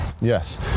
Yes